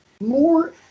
More